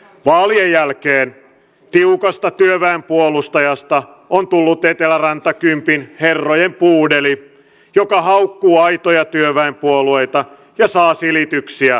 vaalien jälkeen tiukasta työväen puolustajasta on tullut eteläranta kympin herrojen puudeli joka haukkuu aitoja työväenpuolueita ja saa silityksiä vuorineuvoksilta